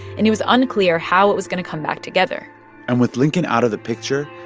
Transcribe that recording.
and it was unclear how it was going to come back together and with lincoln out of the picture,